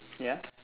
ya